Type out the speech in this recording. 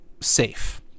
safe